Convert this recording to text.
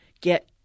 get